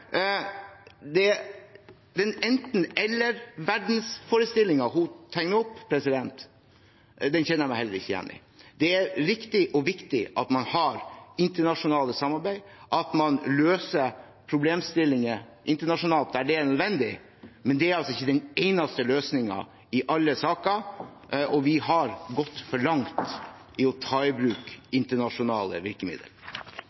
ord. Den enten-eller-verdensforestillingen hun tegner opp, kjenner jeg meg heller ikke igjen i. Det er riktig og viktig at man har internasjonale samarbeid, at man løser problemstillinger internasjonalt der det er nødvendig, men det er altså ikke den eneste løsningen i alle saker, og vi har gått for langt i å ta i bruk